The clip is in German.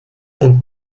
und